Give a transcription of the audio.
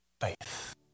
Faith